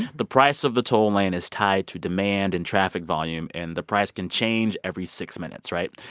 the price of the toll lane is tied to demand and traffic volume, and the price can change every six minutes, right?